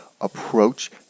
approach